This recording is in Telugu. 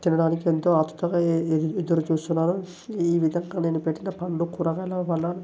తినడానికి ఎంతో ఆత్రుతగా ఎదురు చూస్తున్నాను ఈ విధంగా నేను పెట్టిన పండ్లు కూరగాయల వల్ల